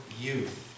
youth